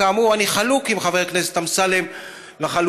כאמור, אני חלוק על חבר הכנסת אמסלם לחלוטין.